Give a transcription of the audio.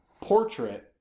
portrait